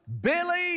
Billy